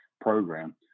program